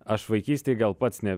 aš vaikystėj gal pats ne